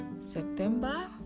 September